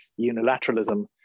unilateralism